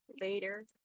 later